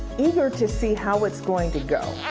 eager to see how it's going to go.